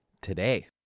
today